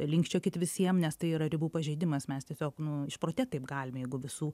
linkčiokit visiem nes tai yra ribų pažeidimas mes tiesiog nu išprotėt taip galime jeigu visų